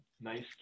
nice